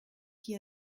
qui